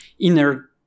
inner